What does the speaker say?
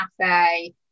cafe